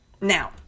now